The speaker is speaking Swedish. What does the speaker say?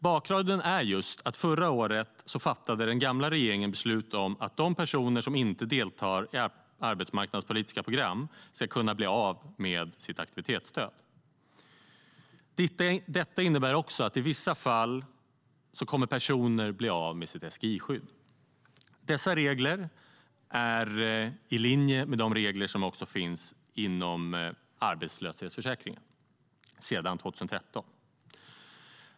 Bakgrunden är att den tidigare regeringen förra året fattade beslut om att de personer som inte deltar i arbetsmarknadspolitiska program ska kunna bli av med sitt aktivitetsstöd. Det innebär att personer i vissa fall kommer att bli av med sitt SGI-skydd. Dessa regler är i linje med de regler som sedan 2013 finns inom arbetslöshetsförsäkringen.